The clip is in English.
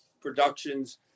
productions